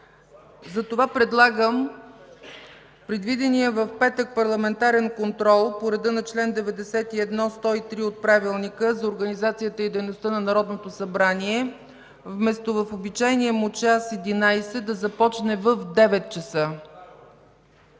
затова предлагам предвиденият в петък парламентарен контрол по реда на чл. 91 – 103 от Правилника за организацията и дейността на Народното събрание, вместо в обичайния му час 11,00, да започне в 9,00 ч.